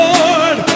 Lord